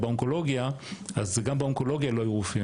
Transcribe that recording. באונקולוגיה אז גם באונקולוגיה לא יהיו רופאים,